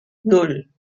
nan